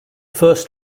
first